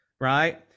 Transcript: right –